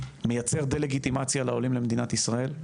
מייצר דה-לגיטימציה לעולים למדינת ישראל,